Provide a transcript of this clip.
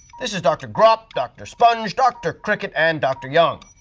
this is dr. grop, dr. sponge, dr. cricket, and dr. young.